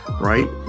right